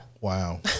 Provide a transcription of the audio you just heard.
wow